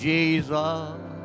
Jesus